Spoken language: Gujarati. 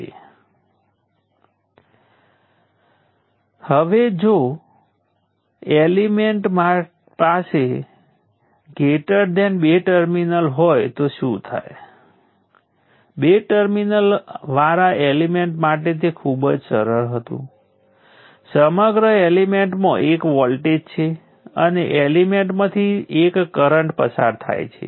ચાલો કહીએ કે તે 0 થી શરૂ થાય છે અને પછી t1 સમયે તે ચોક્કસ મૂલ્ય IL ઉપર જાય છે